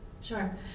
Sure